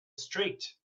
street